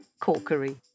Corkery